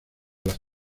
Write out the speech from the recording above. las